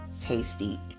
tasty